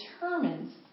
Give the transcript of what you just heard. determines